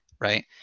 right